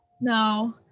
No